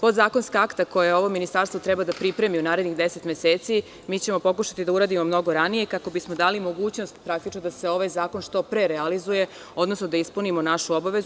Podzakonska akta koja ovo ministarstvo treba da pripremi u narednih 10 meseci mi ćemo pokušati da uradimo mnogo ranije, kako bismo dali mogućnost da se ovaj zakon što pre realizuje, odnosno da ispunimo našu obavezu.